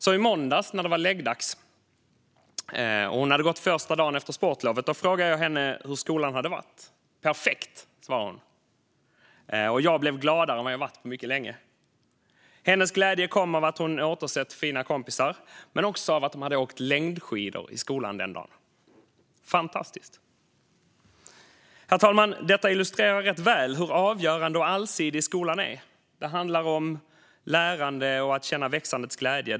I måndags när det var läggdags och hon hade gått första dagen efter sportlovet frågade jag henne hur skolan hade varit. Perfekt, svarade hon. Och jag blev gladare än vad jag har varit på mycket länge. Hennes glädje kom av att hon återsett fina kompisar men också av att de hade åkt längdskidor i skolan den dagen - fantastiskt! Herr talman! Detta illustrerar rätt väl hur avgörande och allsidig skolan är. Det handlar om lärande och att känna växandets glädje.